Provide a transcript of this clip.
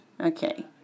Okay